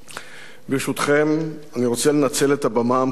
ברשותכם, אני רוצה לנצל את הבמה המכובדת הזו